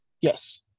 yes